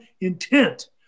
intent